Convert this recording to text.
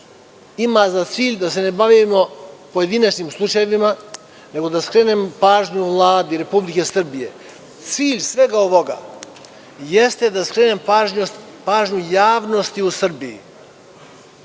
ima za cilj da se ne bavimo pojedinačnim slučajevima, nego da skrenem pažnju Vladi Republike Srbije, cilj svega ovoga jeste da skrenem pažnju javnosti u Srbiji